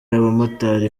y’abamotari